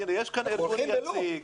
אנחנו הולכים בלופ.